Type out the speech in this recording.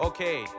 Okay